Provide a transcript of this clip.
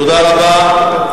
תודה רבה.